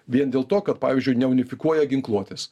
vien dėl to kad pavyzdžiui neunifikuoja ginkluotės